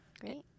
Great